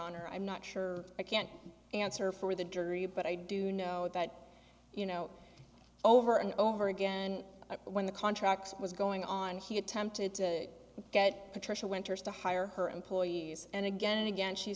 honor i'm not sure i can't answer for the jury but i do know that you know over and over again when the contract was going on he attempted to get patricia winters to hire her employees and again and again she